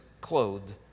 clothed